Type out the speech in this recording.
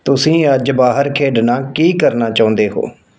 ਤੁਸੀਂ ਅੱਜ ਬਾਹਰ ਖੇਡਣਾ ਕੀ ਕਰਨਾ ਚਾਹੁੰਦੇ ਹੋ